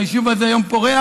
היישוב הזה פורח,